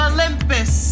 Olympus